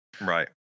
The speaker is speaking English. Right